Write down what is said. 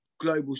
global